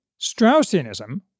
Straussianism